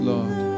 Lord